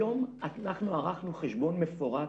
היום, אנחנו ערכנו חשבון מפורט